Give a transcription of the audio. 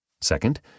Second